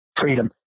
freedom